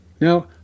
Now